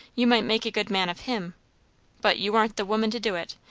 you might make a good man of him but you aren't the woman to do it.